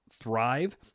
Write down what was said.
thrive